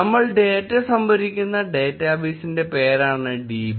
നമ്മൾ ഡേറ്റ സംഭരിക്കുന്ന ഡേറ്റബേസിന്റെ പേരാണ് Db